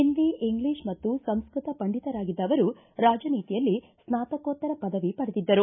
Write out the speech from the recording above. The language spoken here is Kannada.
ಹಿಂದಿ ಇಂಗ್ಲೀಷ್ ಮತ್ತು ಸಂಸ್ಕತ ಪಂಡಿತರಾಗಿದ್ದ ಅವರು ರಾಜನೀತಿಯಲ್ಲಿ ಸ್ನಾತಕೋತ್ತರ ಪದವಿ ಪಡೆದಿದ್ದರು